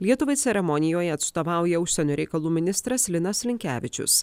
lietuvai ceremonijoje atstovauja užsienio reikalų ministras linas linkevičius